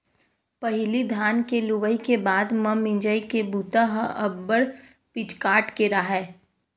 पहिली धान के लुवई के बाद म मिंजई के बूता ह अब्बड़ पिचकाट के राहय